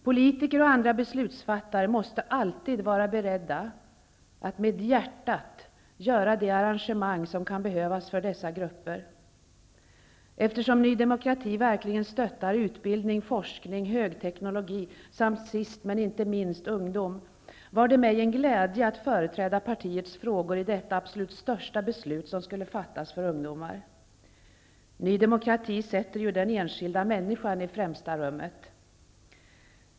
Politiker och andra beslutsfattare måste alltid vara beredda att med hjärtat göra de arrangemang som kan behövas för dessa grupper. Eftersom Ny demokrati verkligen stöttar utbildning, forskning, högteknologi samt sist men inte minst ungdomar, var det mig en glädje att företräda partiets frågor i detta det största beslut som skulle fattas för ungdomar. Ny demokrati sätter ju den enskilda människan i främsta rummet.